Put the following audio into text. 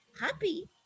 happy